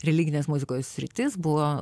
religinės muzikos sritis buvo